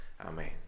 Amen